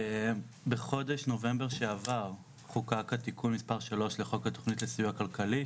בחודש נובמבר שעבר חוקק התיקון מספר שלוש לחוק הסיוע הכלכלי,